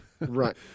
right